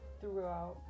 throughout